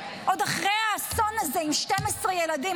ועוד אחרי האסון הזה עם 12 ילדים?